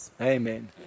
Amen